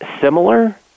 similar